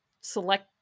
select